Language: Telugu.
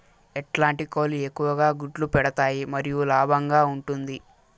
ఎట్లాంటి కోళ్ళు ఎక్కువగా గుడ్లు పెడతాయి మరియు లాభంగా ఉంటుంది?